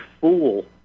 fool